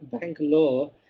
Bangalore